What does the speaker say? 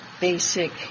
basic